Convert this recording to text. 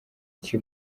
iki